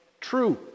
true